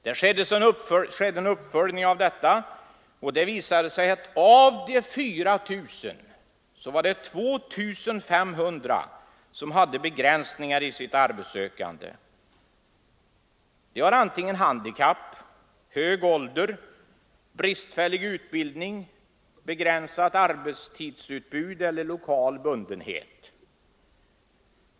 Det skedde en uppföljning av detta, och det visade sig att av dessa 4 000 hade 2 500 begränsningar i sitt arbetssökande i form av handikapp, hög ålder, bristfällig utbildning, begränsat arbetstidsutbud eller lokal bundenhet.